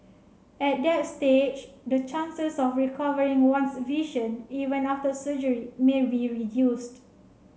at that stage the chances of recovering one's vision even after surgery may be reduced